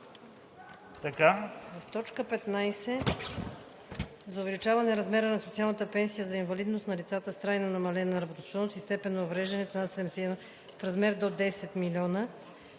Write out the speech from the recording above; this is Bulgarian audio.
в т. 15, за увеличаване размера на социалната пенсия за инвалидност на лицата с трайно намалена работоспособност и степен на увреждане в размер до 10 милиона.